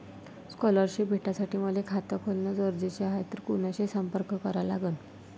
Scholarship भेटासाठी मले खात खोलने गरजेचे हाय तर कुणाशी संपर्क करा लागन?